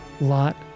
lot